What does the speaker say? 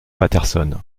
patterson